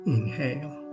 Inhale